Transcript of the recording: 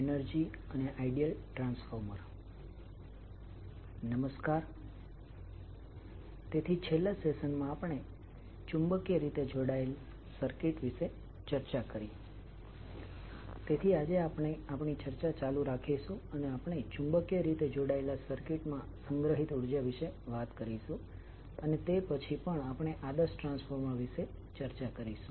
આજના સેશન માં આપણે ચુંબકીય રીતે જોડાયેલ સર્કિટની ચર્ચા કરીશું